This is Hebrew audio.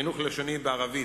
חינוך לשוני בערבית: